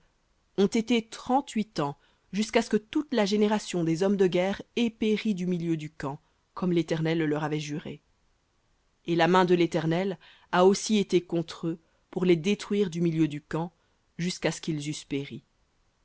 ont été trente-huit ans jusqu'à ce que toute la génération des hommes de guerre ait péri du milieu du camp comme l'éternel le leur avait juré et la main de l'éternel a aussi été contre eux pour les détruire du milieu du camp jusqu'à ce qu'ils